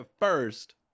first